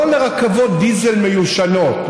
ולא לרכבות דיזל מיושנות,